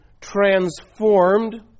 transformed